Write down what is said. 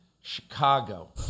Chicago